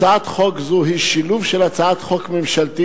הצעת חוק זו היא שילוב של הצעת חוק ממשלתית